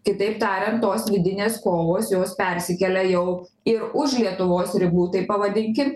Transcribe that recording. kitaip tariant tos vidinės kovos jos persikelia jau ir už lietuvos ribų taip pavadinkit